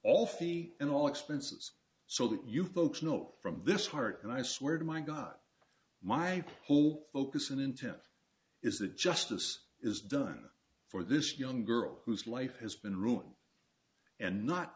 all fee and all expenses so that you folks know from this heart and i swear to my god my whole focus and intent is that justice is done for this young girl whose life has been ruined and not